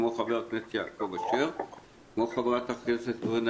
כמו חבר הכנסת יעקב אשר וכמו חברת הכנסת קארין